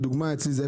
למשל אצלי,